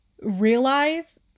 realize